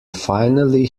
finally